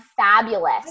fabulous